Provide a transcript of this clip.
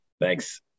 Thanks